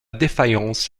défaillance